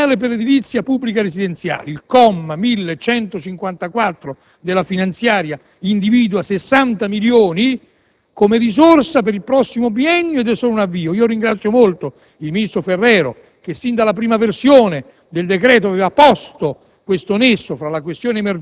un piano nazionale per l'edilizia pubblica residenziale: il comma 1154 della finanziaria individua risorse pari a 60 milioni per il prossimo biennio, ed è solo un avvio. Ringrazio molto il ministro Ferrero che, sin dalla prima versione del decreto-legge, aveva posto